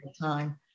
time